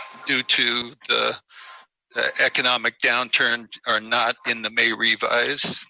due to the economic downturn, are not in the may revise.